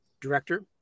director